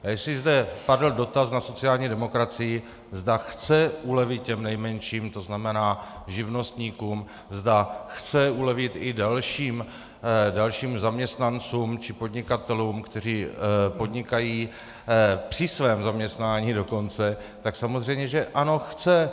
A jestli zde padl dotaz na sociální demokracii, zda chce ulevit těm nejmenším, to znamená živnostníkům, zda chce ulevit i dalším zaměstnancům či podnikatelům, kteří podnikají při svém zaměstnání dokonce, tak samozřejmě že ano, chce.